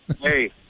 Hey